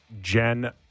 Jen